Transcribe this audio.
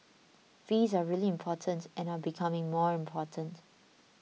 fees are really important and are becoming more important